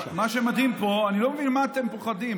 מה שמדהים פה, אני לא מבין ממה אתם מפחדים.